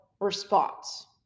response